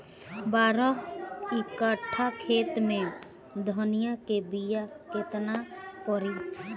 बारह कट्ठाखेत में धनिया के बीया केतना परी?